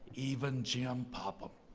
even jim popham.